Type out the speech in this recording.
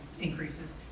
increases